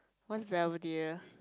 what's Belvedere